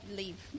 leave